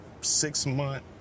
Six-month